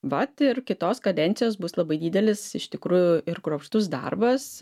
vat ir kitos kadencijos bus labai didelis iš tikrųjų ir kruopštus darbas